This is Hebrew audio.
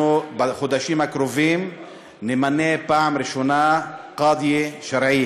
אנחנו בחודשים הקרובים נמנה פעם ראשונה קאדית שרעית.